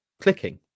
clicking